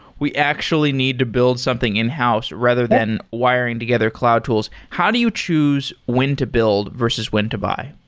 we actually we need to build something in-house rather than wiring together cloud tools. how do you choose when to build versus when to buy?